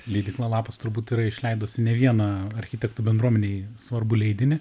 leidykla lapas turbūt yra išleidusi ne vieną architektų bendruomenei svarbų leidinį